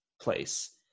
place